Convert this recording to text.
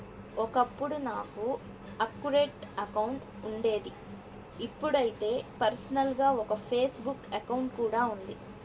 ఒకప్పుడు నాకు Orkut account ఉండేది ఇప్పుడైతే పర్సనల్ గా ఒక ఫేస్ బుక్ అకౌంట్ కూడా ఉంది